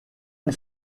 une